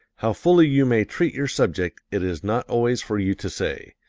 how fully you may treat your subject it is not always for you to say.